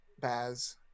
Baz